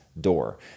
door